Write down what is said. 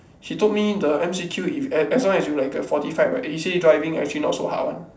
he told me the M_C_Q if as long as you like get forty five right they say driving actually not so hard [one]